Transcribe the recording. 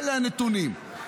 אלה הנתונים.